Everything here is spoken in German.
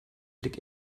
blick